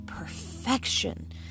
perfection